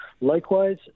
Likewise